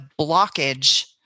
blockage